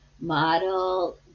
model